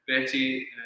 Betty